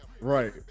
Right